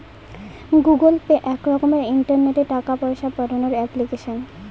Google pay এক রকমের ইন্টারনেটে টাকা পয়সা পাঠানোর এপ্লিকেশন